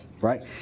right